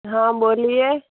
हाँ बोलिए